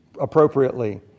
appropriately